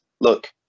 Look